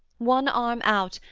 one arm out,